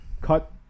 cut